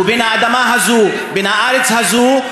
הוא בן האדמה הזו, בן הארץ הזו.